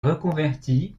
reconverti